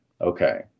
Okay